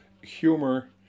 humor